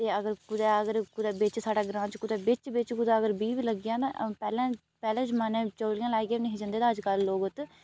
ते अगर कुदै अगर कुदै बिच्च साढ़ा ग्रांऽ च कुदै बिच्च बिच्च कुदै अगर कुदै बीह् बी लग्गी जान पैह्ले पैह्लें जमाने च चपलियां लाइयै बी नेईं हे जंदे अज्जकल लोक उत्त